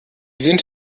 sind